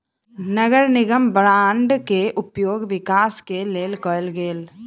नगर निगम बांड के उपयोग विकास के लेल कएल गेल